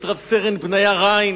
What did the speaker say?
את רב-סרן בניה ריין,